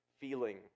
feeling